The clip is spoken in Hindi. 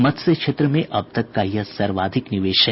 मत्स्य क्षेत्र में यह अब तक का सर्वाधिक निवेश है